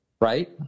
right